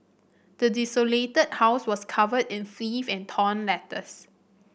the desolated house was covered in filth and torn letters